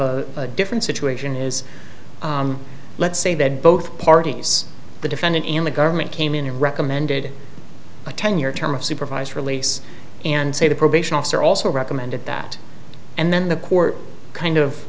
have a different situation is let's say that both parties the defendant and the government came in your recommended a ten year term of supervised release and say the probation officer also recommended that and then the court kind of